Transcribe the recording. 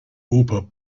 oper